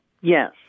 Yes